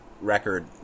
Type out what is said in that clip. record